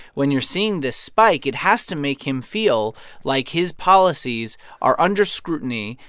when you're seeing this spike, it has to make him feel like his policies are under scrutiny,